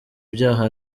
ibyaha